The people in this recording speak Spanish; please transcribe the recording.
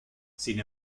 sin